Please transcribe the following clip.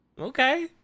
Okay